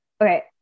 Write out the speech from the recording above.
okay